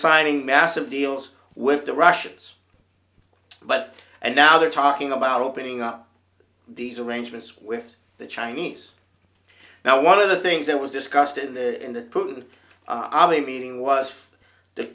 signing massive deals with the russians but and now they're talking about opening up these arrangements with the chinese now one of the things that was discussed in the in the putin army meeting was